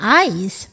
eyes